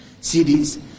cities